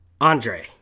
Andre